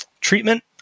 treatment